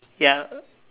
ya